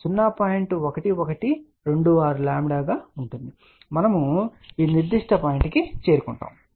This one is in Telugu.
1126 గా ఉంటుంది మరియు మనము ఈ నిర్దిష్ట పాయింట్ కు చేరుకున్నాము